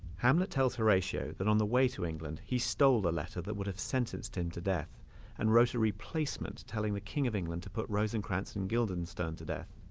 hamlet tells horatio that on the way to england he stole the letter that would have sentenced him to death and wrote a replacement telling the king of england to put rosencrantz and guildenstern to death